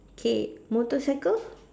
K motorcycle